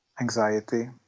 anxiety